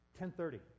10.30